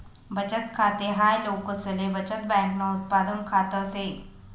बचत खाते हाय लोकसले बचत बँकन उत्पादन खात से